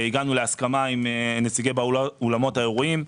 הגענו להסכמה עם נציגי אולמות האירועים.